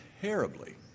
terribly